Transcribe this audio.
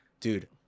Dude